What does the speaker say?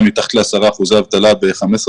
מתחת ל-10 אחוזי אבטלה ב-15 בנובמבר,